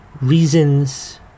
reasons